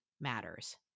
matters